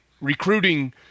recruiting